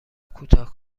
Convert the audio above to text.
کوتاه